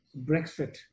Brexit